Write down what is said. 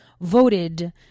voted